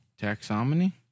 Taxonomy